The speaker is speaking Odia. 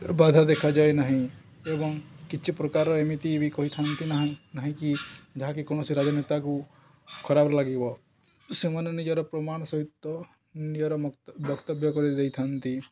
ବାଧା ଦେଖାଯାଏ ନାହିଁ ଏବଂ କିଛି ପ୍ରକାରର ଏମିତି ବି କହିଥାନ୍ତି ନା ନାହିଁକି ଯାହାକି କୌଣସି ରାଜନେତାକୁ ଖରାପ ଲାଗିବ ସେମାନେ ନିଜର ପ୍ରମାଣ ସହିତ ନିଜର ବକ୍ତବ୍ୟ କରି ଦେଇଥାନ୍ତି